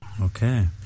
Okay